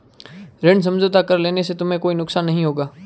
ऋण समझौता कर लेने से तुम्हें कोई नुकसान नहीं होगा